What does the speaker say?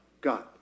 God